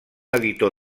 editor